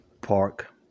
Park